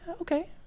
okay